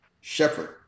Shepard